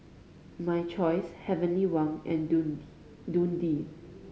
My Choice Heavenly Wang and Dundee